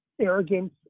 arrogance